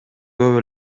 көп